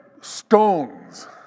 stones